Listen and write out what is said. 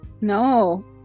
no